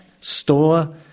store